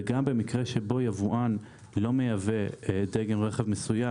וגם במקרה שבו יבואן לא מייבא דגם רכב מסוים,